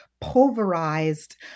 pulverized